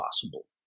possible